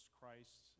Christ